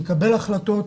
שמקבל החלטות,